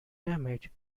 damaged